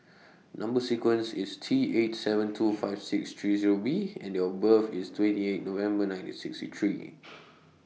Number sequence IS T eight seven two five six three Zero B and Date of birth IS twenty eight November nineteen sixty three